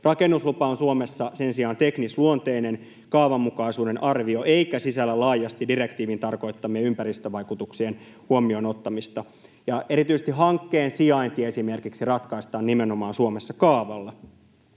Rakennuslupa on Suomessa sen sijaan teknisluonteinen kaavanmukaisuuden arvio eikä sisällä laajasti direktiivin tarkoittamien ympäristövaikutuksien huomioon ottamista, ja erityisesti esimerkiksi hankkeen sijainti ratkaistaan nimenomaan Suomessa kaavalla.